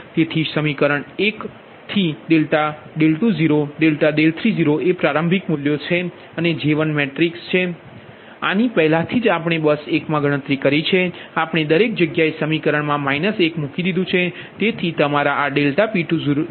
તેથી સમીકરણ 1 થી ∆20∆30 એ પ્રારંભિક મૂલ્યો છે અને J1 મેટ્રિક્સ છે આની પહેલાથી જ આપણે બસ 1 માં ગણતરી કરી છે આપણે દરેક જગ્યાએ સમીકરણ મા 1 મૂકી દીધુ છે